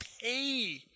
pay